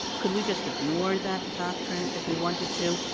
could we just ignore that doctrine if we wanted to,